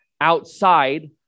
outside